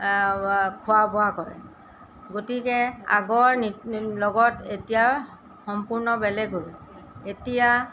খোৱা বোৱা কৰে গতিকে আগৰ লগত এতিয়া সম্পূৰ্ণ বেলেগ হ'ল এতিয়া